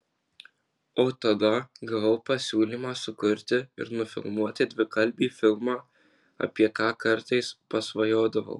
o tada gavau pasiūlymą sukurti ir nufilmuoti dvikalbį filmą apie ką kartais pasvajodavau